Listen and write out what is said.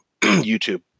YouTube